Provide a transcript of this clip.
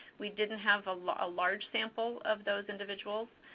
we didn't have a like ah large sample of those individuals.